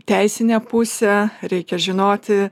teisinę pusę reikia žinoti